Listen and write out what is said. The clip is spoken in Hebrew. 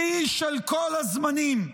שיא של כל הזמנים.